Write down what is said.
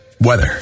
Weather